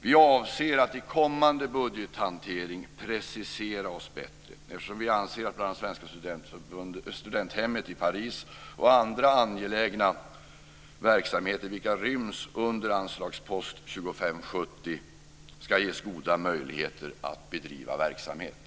Vi avser att i kommande budgethantering precisera oss bättre, eftersom vi anser att bl.a. Svenska studenthemmet i Paris och andra angelägna verksamheter vilka ryms under anslagspost 25:70 ska ges goda möjligheter att bedriva verksamhet.